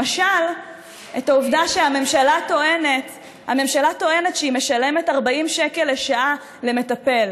למשל את העובדה שהממשלה טוענת שהיא משלמת 40 שקל לשעה למטפל.